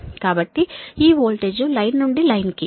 కాబట్టి ఈ voltage line నుండి లైన్ కి